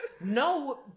No